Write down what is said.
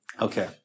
Okay